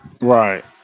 Right